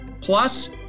Plus